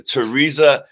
Teresa